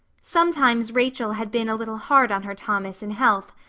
sometimes rachel had been a little hard on her thomas in health,